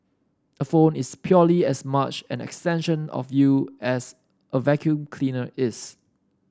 a phone is purely as much an extension of you as a vacuum cleaner is